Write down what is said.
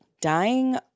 dying